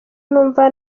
numva